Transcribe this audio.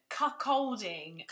cuckolding